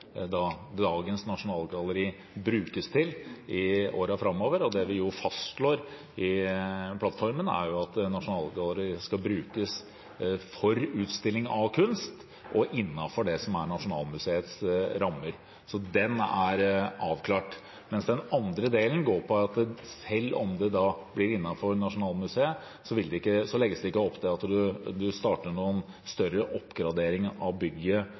brukes til i årene framover. Det vi fastslår i plattformen, er at Nasjonalgalleriet skal brukes for utstilling av kunst og innenfor det som er Nasjonalmuseets rammer. Den delen er avklart. Den andre delen går på at selv om det blir innenfor Nasjonalmuseet, legges det ikke opp til at man starter noen større oppgradering av bygget